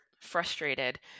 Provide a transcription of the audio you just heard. frustrated